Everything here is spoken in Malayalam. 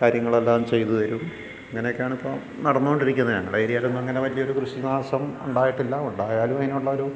കാര്യങ്ങൾ എല്ലാം ചെയ്തുതരും അങ്ങനെയൊക്കെയാണ് ഇപ്പോൾ നടന്നുകൊണ്ടിരിക്കുന്നത് ഞങ്ങളുടെ ഏരിയയിൽ ഒന്നും അങ്ങനെ വലിയ കൃഷിനാശം ഉണ്ടായിട്ടില്ല ഉണ്ടായാലും അതിനുള്ള ഒരു